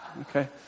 Okay